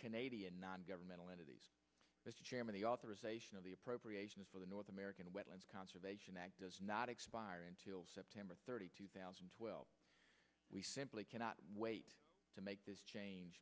canadian non governmental entities as chairman the authorization of the appropriations for the north american wetlands conservation act does not expire until september thirty two thousand and twelve we simply cannot wait to make this change